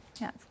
Yes